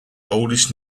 oldest